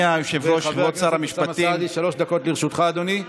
חבר הכנסת אוסאמה סעדי, שלוש דקות לרשותך, אדוני.